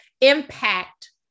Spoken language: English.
impact